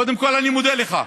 קודם כול, אני מודה לך,